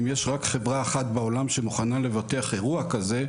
אם יש רק חברה אחת בעולם שמוכנה לבטח אירוע כזה,